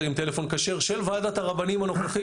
עם טלפון כשר של ועדת הרבנים הנוכחית,